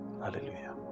Hallelujah